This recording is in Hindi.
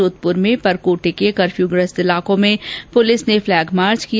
जोधपुर में परकोटे के कर्फ्यूग्रस्त इलाकों में पुलिस ने फ्लैग मार्च किया